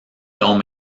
long